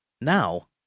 Now